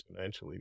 exponentially